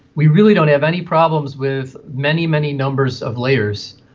we really don't have any problems with many, many numbers of layers.